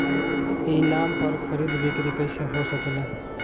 ई नाम पर खरीद बिक्री कैसे हो सकेला?